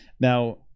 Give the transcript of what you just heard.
now